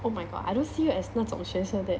oh my god I don't see you as 那种学生 that